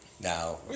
now